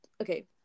okay